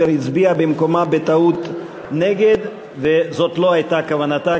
הצביעה במקומה בטעות נגד וזאת לא הייתה כוונתה,